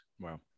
Wow